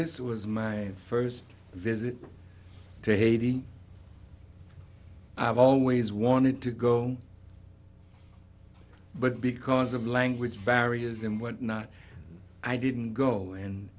this was my first visit to haiti i've always wanted to go but because of language barriers and whatnot i didn't go and